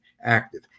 active